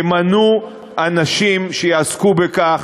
תמנו אנשים שיעסקו בכך,